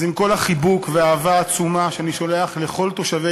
אז עם כל החיבוק והאהבה העצומה שאני שולח לכל תושבי